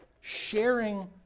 sharing